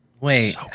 Wait